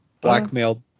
blackmailed